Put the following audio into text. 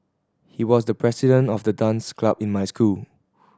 he was the president of the dance club in my school